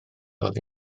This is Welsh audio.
oddi